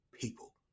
people